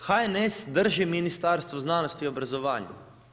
I HNS drži Ministarstvo znanosti i obrazovanja.